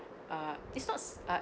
uh it's not uh